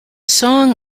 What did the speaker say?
song